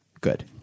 good